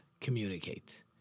communicate